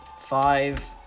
Five